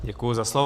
Děkuji za slovo.